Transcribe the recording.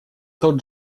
тот